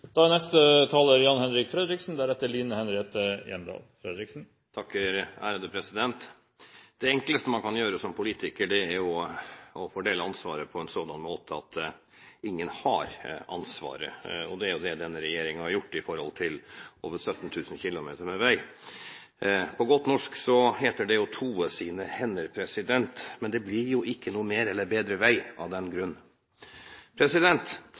Det enkleste man kan gjøre som politiker, er å fordele ansvaret på en sådan måte at ingen har ansvaret, og det er det denne regjeringen har gjort med hensyn til over 17 000 km med vei. På godt norsk heter det å toe sine hender, men det blir jo ikke noe mer eller bedre vei av den grunn.